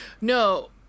No